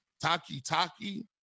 Taki-Taki